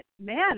man